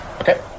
Okay